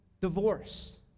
divorce